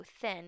thin